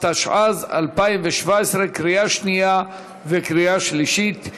התשע"ז 2017, קריאה שנייה וקריאה שלישית.